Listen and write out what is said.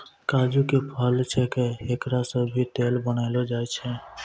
काजू के फल छैके एकरा सॅ भी तेल बनैलो जाय छै